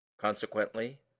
Consequently